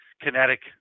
kinetic